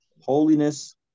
Holiness